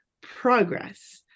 progress